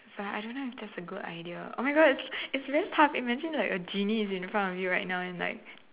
but I don't know if that's a good idea oh my God it's it's very tough imagine like a genie is in front of you right now and like